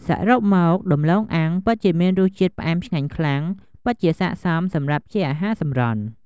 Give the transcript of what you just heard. សរុបមកដំឡូងអាំងពិតជាមានរសជាតិផ្អែមឆ្ងាញ់ខ្លាំង ពិតជាសាកសមសម្រាប់ជាអាហារសម្រន់។